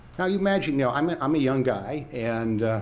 now you imagine, yeah i mean i'm a young guy, and